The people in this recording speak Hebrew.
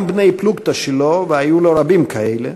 גם בני פלוגתא שלו, והיו לו רבים כאלה,